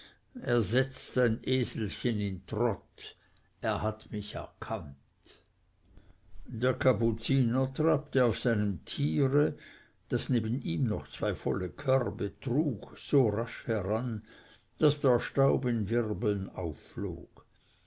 er setzt sein eselchen in trott er hat mich erkannt der kapuziner trabte auf seinem tiere das neben ihm noch zwei volle körbe trug so rasch heran daß der staub in wirbeln aufflog